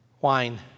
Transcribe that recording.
wine